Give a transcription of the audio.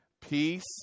peace